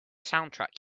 soundtrack